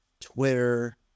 Twitter